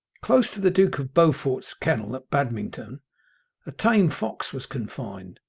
close to the duke of beaufort's kennel at badmington a tame fox was confined,